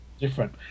different